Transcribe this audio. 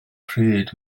pryd